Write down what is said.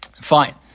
Fine